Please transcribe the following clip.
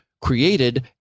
created